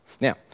Now